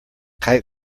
kite